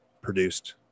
produced